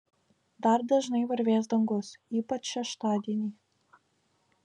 dar dažnai varvės dangus ypač šeštadienį